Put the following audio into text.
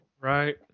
right